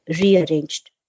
rearranged